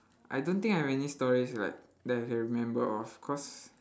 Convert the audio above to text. I don't think I have any stories but that I can remember of cause